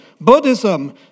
Buddhism